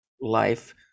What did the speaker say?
life